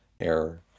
error